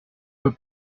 veux